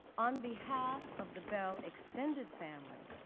on behalf of the bell extended family,